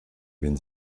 wen